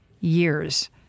years